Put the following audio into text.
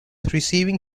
receiving